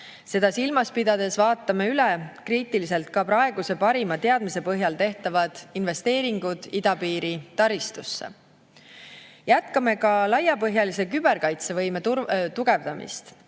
Seda silmas pidades vaatame üle kriitiliselt ka praeguse parima teadmise põhjal tehtavad investeeringud idapiiri taristusse. Jätkame ka laiapõhjalise küberkaitsevõime tugevdamist,